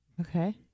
Okay